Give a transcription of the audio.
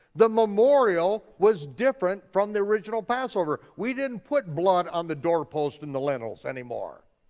the memorial was different from the original passover, we didn't put blood on the doorposts and the lintels anymore.